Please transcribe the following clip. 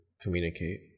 communicate